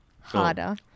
harder